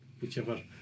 whichever